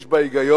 יש בה היגיון,